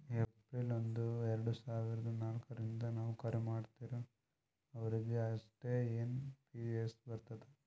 April ಒಂದು ಎರಡ ಸಾವಿರದ ನಾಲ್ಕ ರಿಂದ್ ನವ್ಕರಿ ಮಾಡ್ತಾರ ಅವ್ರಿಗ್ ಅಷ್ಟೇ ಎನ್ ಪಿ ಎಸ್ ಬರ್ತುದ್